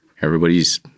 Everybody's